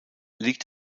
liegt